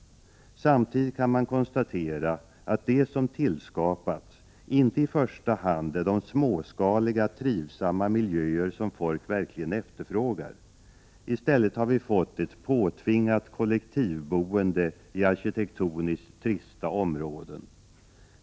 Samtidigt kan man konstatera att det som har tillskapats inte i första hand är de småskaliga trivsamma miljöer som folk verkligen efterfrågar. I stället har vi fått ett påtvingat kollektivboende i arkitektoniskt trista områden.